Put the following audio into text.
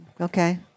Okay